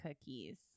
cookies